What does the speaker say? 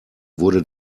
wurde